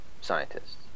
scientists